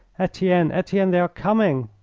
etienne, etienne, they are coming!